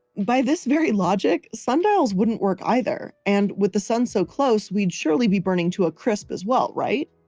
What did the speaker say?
by this very logic sundials wouldn't work either. and with the sun so close we'd surely be burning to a crisp as well, right?